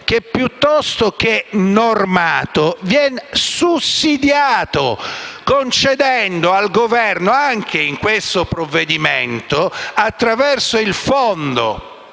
che, piuttosto che normato, viene sussidiato concedendo al Governo, anche in questo provvedimento, attraverso il fondo